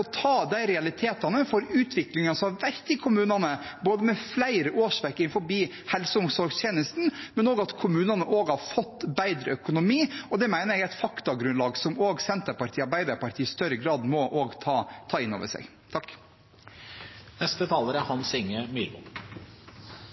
å ta de realitetene i utviklingen som har vært i kommunene, både med flere årsverk innenfor helse- og omsorgstjenestene og med at kommunene har fått bedre økonomi. Det mener jeg er et faktagrunnlag som også Senterpartiet og Arbeiderpartiet i større grad må ta